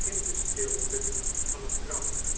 in de stilte van het graf